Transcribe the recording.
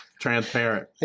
Transparent